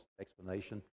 explanation